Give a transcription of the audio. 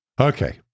Okay